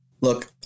Look